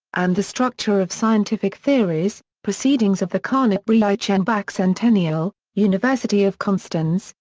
and the structure of scientific theories proceedings of the carnap-reichenbach centennial, university of konstanz,